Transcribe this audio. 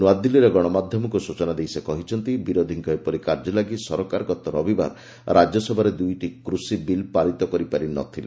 ନୂଆଦିଲ୍ଲୀରେ ଗଣମାଧ୍ୟମକୁ ସୂଚନା ଦେଇ ସେ କହିଛନ୍ତି ବିରୋଧୀଙ୍କ ଏପରି କାର୍ଯ୍ୟ ଲାଗି ସରକାର ଗତ ରବିବାର ରାଜ୍ୟସଭାରେ ଦୁଇଟି କୃଷି ବିଲ୍ ପାରିତ କରିପାରି ନ ଥିଲେ